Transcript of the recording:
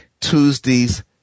Tuesdays